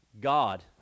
God